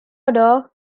order